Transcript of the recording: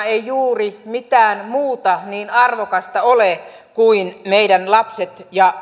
ei juuri mitään muuta niin arvokasta ole kuin meidän lapsemme ja